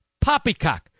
Poppycock